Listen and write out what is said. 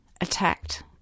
attacked